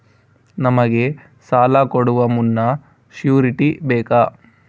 ನಮಗೆ ಸಾಲ ಕೊಡುವ ಮುನ್ನ ಶ್ಯೂರುಟಿ ಬೇಕಾ?